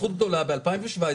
זכות גדולה ב-2017,